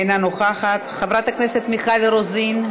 אינה נוכחת, חברת הכנסת מיכל רוזין,